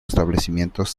establecimientos